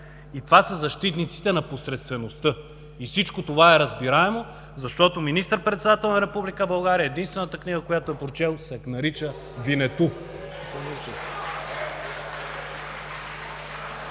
и това са защитниците на посредствеността. И всичко това е разбираемо, защото министър-председателят на Република България, единствената книга, която е прочел, се нарича „Винету“.